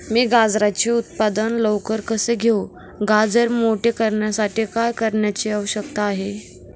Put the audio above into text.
मी गाजराचे उत्पादन लवकर कसे घेऊ? गाजर मोठे करण्यासाठी काय करण्याची आवश्यकता आहे?